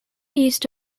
east